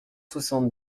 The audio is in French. soixante